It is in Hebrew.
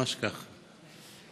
ממש ככה.